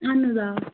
اہن حظ آ